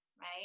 right